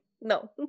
no